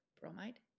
bromide